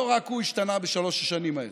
לא רק הוא השתנה בשלוש השנים האלה,